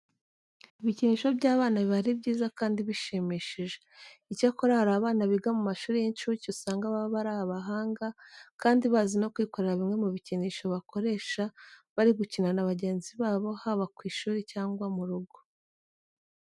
Ibikinisho by'abana biba ari byiza kandi bishimishije. Icyakora hari abana biga mu mashuri y'incuke usanga baba ari abahanga kandi bazi no kwikorera bimwe mu bikinisho bakoresha bari gukina na bagenzi babo haba ku ishuri cyangwa mu rugo.